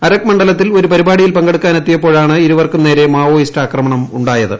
അരക് മണ്ഡലത്തിൽ ഒരു പരിപാടിയിൽ പങ്കെടുക്കാനെത്തിയപ്പോഴാണ് ഇരുവർക്കും നേരെ മാവോയിസ്റ്റ് ആക്രമണം ഉണ്ടായത്